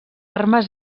armes